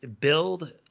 build